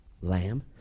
lamb